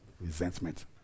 Resentment